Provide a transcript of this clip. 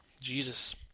Jesus